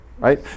Right